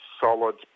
solid